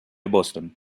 boston